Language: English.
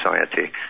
society